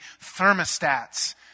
thermostats